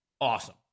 awesome